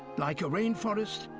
like a rainforest,